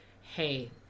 hey